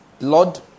Lord